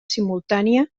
simultània